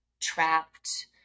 trapped